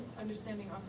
understanding